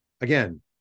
again